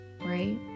right